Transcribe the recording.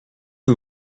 que